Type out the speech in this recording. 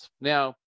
Now